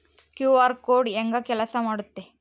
QR code ಹೆಂಗ ಕೆಲಸ ಮಾಡುತ್ತೆ?